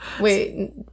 wait